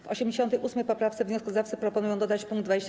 W 88. poprawce wnioskodawcy proponują dodać pkt 29a.